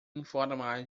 informar